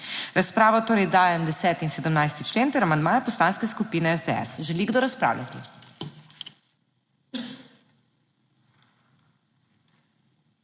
razpravo torej dajem 10. in 17. člen ter amandma Poslanske skupine SDS. Želi kdo razpravljati?